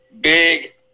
big